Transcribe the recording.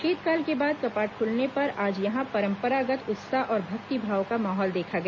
शीतकाल के बाद कपाट खुलने पर आज यहां परम्रागत उत्साह और भक्तिभाव का माहौल देखा गया